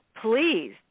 please